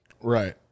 Right